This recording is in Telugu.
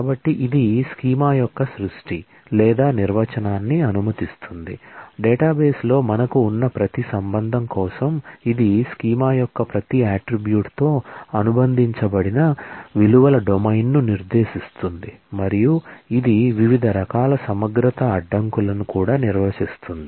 కాబట్టి ఇది స్కీమా యొక్క సృష్టి లేదా నిర్వచనాన్ని అనుమతిస్తుంది డేటాబేస్లో మనకు ఉన్న ప్రతి రిలేషన్ కోసం ఇది స్కీమా యొక్క ప్రతి అట్ట్రిబ్యూట్ తో అనుబంధించబడిన విలువల డొమైన్ను నిర్దేశిస్తుంది మరియు ఇది వివిధ రకాల సమగ్రత అడ్డంకులను కూడా నిర్వచిస్తుంది